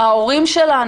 את ההורים.